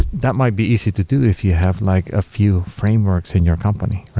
that might be easy to do if you have like a few frameworks in your company.